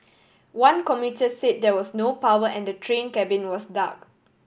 one commuter say there was no power and the train cabin was dark